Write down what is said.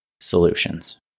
solutions